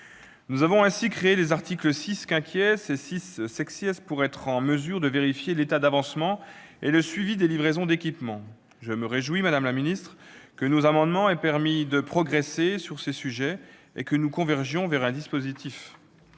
Nous avons ainsi créé les articles 6 et 6 pour être en mesure de vérifier l'état d'avancement et le suivi des livraisons d'équipements. Je me réjouis, madame la ministre, que nos amendements aient permis de progresser sur ces sujets et que nous convergions vers un dispositif.